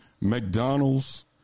McDonald's